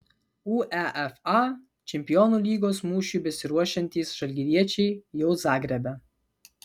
uefa čempionų lygos mūšiui besiruošiantys žalgiriečiai jau zagrebe